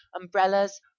umbrellas